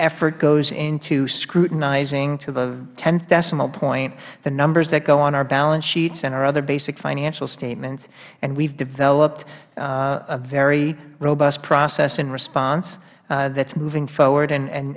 effort goes into scrutinizing to the tenth decimal point the numbers that go on our balance sheets and our other basic financial statements and we have developed a very robust process in response that is moving forward and